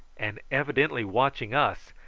and evidently watching us,